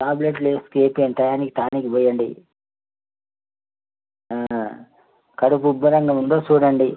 టాబ్లెట్లు టైంకి టానిక్ పోయండి కడుపు ఉబ్బురంగ ఉందో చూడండి